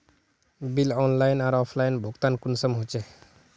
Bill online आर offline भुगतान कुंसम होचे?